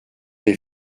les